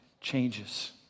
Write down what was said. changes